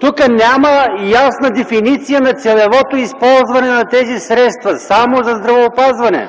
Тук няма ясна дефиниция на целевото използване на тези средства – само за здравеопазване.